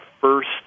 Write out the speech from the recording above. first